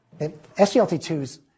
SGLT2s